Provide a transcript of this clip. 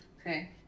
Okay